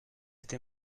été